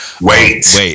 wait